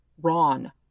Ron